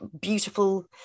beautiful